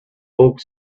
oak